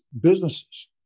businesses